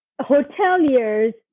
hoteliers